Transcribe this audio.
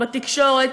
בתקשורת.